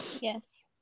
Yes